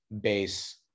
base